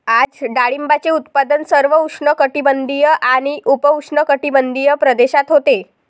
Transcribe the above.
आज डाळिंबाचे उत्पादन सर्व उष्णकटिबंधीय आणि उपउष्णकटिबंधीय प्रदेशात होते